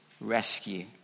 rescue